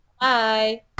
Bye